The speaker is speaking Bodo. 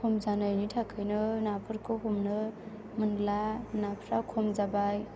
खम जानायनि थाखायनो नाफोरखौ हमनो मोनला नाफोरा खम जाबाय